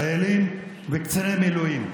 חיילים וקציני מילואים.